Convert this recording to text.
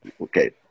okay